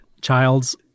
Childs